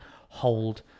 hold